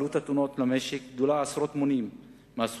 "עלות התאונות למשק גדולה עשרות מונים מהסכום